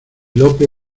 lope